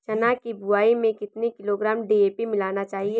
चना की बुवाई में कितनी किलोग्राम डी.ए.पी मिलाना चाहिए?